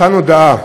(מתן הודעה